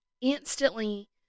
instantly